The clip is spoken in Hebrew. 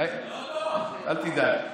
אל תדאג.